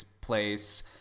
place